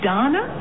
Donna